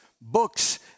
books